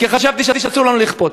כי חשבתי שאסור לנו לכפות.